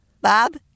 Bob